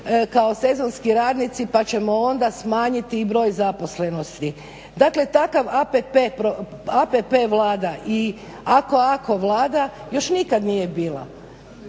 kao sezonski radnici pa ćemo onda smanjiti i broj nezaposlenosti. Dakle takva APP vlada i ako ako vlada još nikada nije bila.